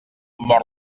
mor